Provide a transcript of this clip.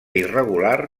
irregular